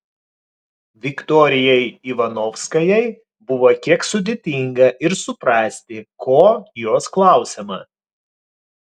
viktorijai ivanovskajai buvo kiek sudėtinga ir suprasti ko jos klausiama